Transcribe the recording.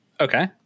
Okay